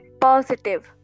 positive